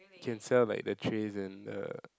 can sell like the trays and the